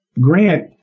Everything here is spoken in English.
Grant